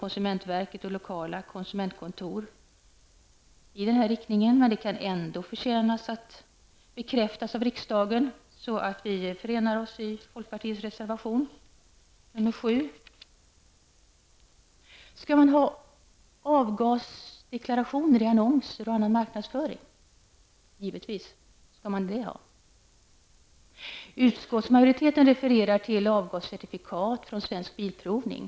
Konsumentverket och lokala konsumentkontor har tagit många initiativ på området, men det kan förtjänas att bekräftas av riksdagen. Vi ansluter oss till folkprtiets reservation 7. Skall vi ha avgasdeklarationer i annonser och marknadsföring? Givetvis skall vi ha det. Utskottsmajoriteten refererar till avtalscertifikat från Svensk Bilprovning.